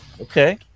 Okay